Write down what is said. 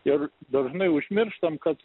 ir dažnai užmirštam kad